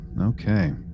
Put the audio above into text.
okay